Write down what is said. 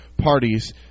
parties